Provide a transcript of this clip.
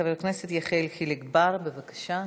חבר הכנסת יחיאל חיליק בר, בבקשה.